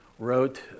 wrote